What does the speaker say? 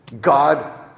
God